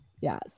Yes